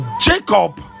jacob